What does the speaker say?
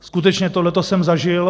Skutečně tohle jsem zažil.